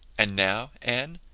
and now, anne,